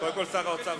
יובל, אתה שוב מבולבל.